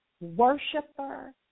worshiper